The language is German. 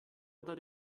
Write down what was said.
unter